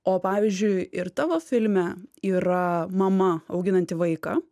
o pavyzdžiui ir tavo filme yra mama auginanti vaiką